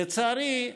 לצערי,